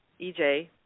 EJ